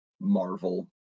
marvel